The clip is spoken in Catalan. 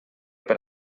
per